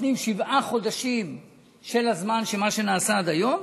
נותנים שבעה חודשים זמן למה שנעשה עד היום.